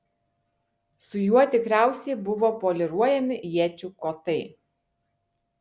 su juo tikriausiai buvo poliruojami iečių kotai